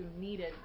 needed